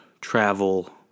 travel